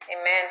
amen